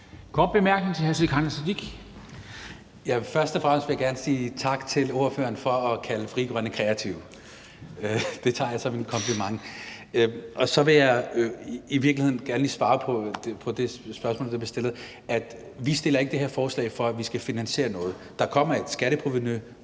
Kl. 11:23 Sikandar Siddique (FG): Først og fremmest vil jeg gerne sige tak til ordføreren for at kalde Frie Grønne kreative; det tager jeg som en kompliment. Og så vil jeg i virkeligheden gerne lige svare på det spørgsmål, der blev stillet. Vi fremsætter ikke det her forslag, for at vi skal finansiere noget. Der kommer et skatteprovenu,